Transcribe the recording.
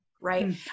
Right